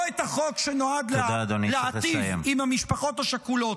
לא את החוק שנועד להיטיב עם המשפחות השכולות.